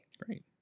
Great